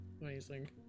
Amazing